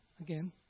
again